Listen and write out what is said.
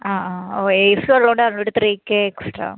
ആ ആ ഓ എ സി ഉള്ളോണ്ടാ ഇവിടെ ത്രീ കെ എക്സ്ട്രാ